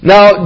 Now